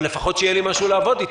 אבל לפחות שיהיה לי משהו לעבוד אתו.